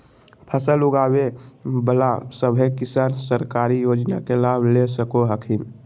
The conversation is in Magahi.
फसल उगाबे बला सभै किसान सरकारी योजना के लाभ ले सको हखिन